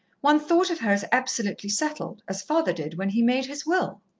one thought of her as absolutely settled as father did, when he made his will.